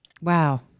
Wow